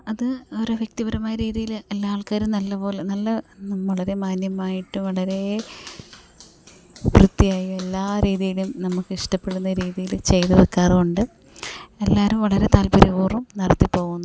അത് ഓരോ വ്യക്തിപരമായ രീതിയിൽ അല്ല ആൾക്കാർ നല്ലതു പോലെ നല്ല വളരെ മാന്യമായിട്ടു വളരേ വൃത്തിയായി എല്ലാ രീതിയിലും നമുക്കിഷ്ടപ്പെടുന്ന രീതിയിൽ ചെയ്തു വെക്കാറുണ്ട് എല്ലാവരും വളരെ താല്പര്യപൂർവ്വം നടത്തിപ്പോകുന്നതുമാണ്